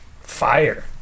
Fire